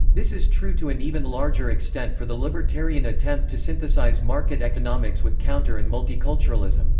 this is true to an even larger extent for the libertarian attempt to synthesize market economics with counter and multiculturalism.